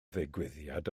ddigwyddiad